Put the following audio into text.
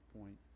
point